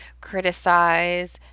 criticize